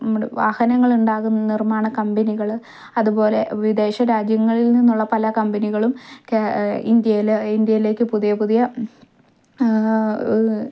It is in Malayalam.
വാഹനങ്ങൾ ഉണ്ടാകുന്ന നിർമ്മാണ കമ്പനികൾ അതുപോലെ വിദേശരാജ്യങ്ങളിൽ നിന്നുള്ള പല കമ്പനികളും ഇന്ത്യയിലെ ഇന്ത്യയിലേക്കു പുതിയ പുതിയ